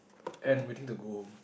and waiting to go home